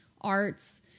arts